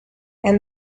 and